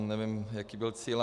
Nevím, jaký byl cíl.